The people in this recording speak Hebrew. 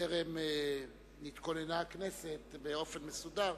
בטרם נתכוננה הכנסת באופן מסודר,